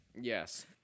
Yes